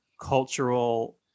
cultural